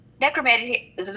necromancy